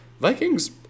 Vikings